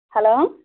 hello